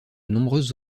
nombreuses